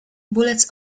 bullets